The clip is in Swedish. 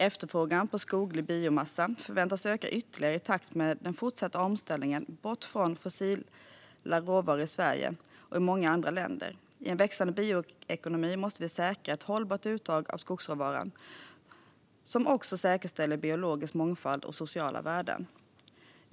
Efterfrågan på skoglig biomassa förväntas öka ytterligare i takt med den fortsatta omställningen bort från fossila råvaror i Sverige och i många andra länder. I en växande bioekonomi måste vi säkra ett hållbart uttag av skogsråvara som också säkerställer biologisk mångfald och sociala värden.